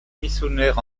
missionnaire